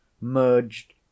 merged